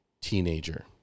Teenager